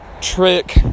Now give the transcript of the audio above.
trick